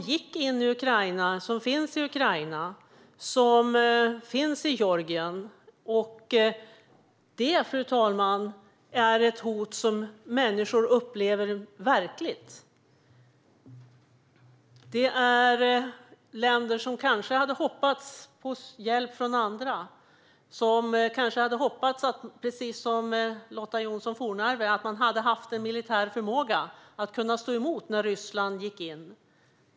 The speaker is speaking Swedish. De gick in i Ukraina och finns nu i Ukraina och i Georgien. Det är ett verkligt hot som människor upplever. Det handlar om länder som kanske hade hoppats på hjälp från andra. Precis som Lotta Johnsson Fornarve hade de kanske hoppats att de hade militär förmåga att stå emot Ryssland när de gick in.